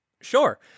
Sure